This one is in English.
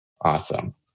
Awesome